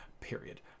period